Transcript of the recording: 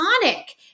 Sonic